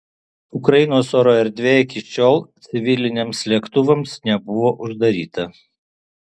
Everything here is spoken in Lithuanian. ukrainos oro erdvė iki šiol civiliniams lėktuvams nebuvo uždaryta